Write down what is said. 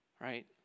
right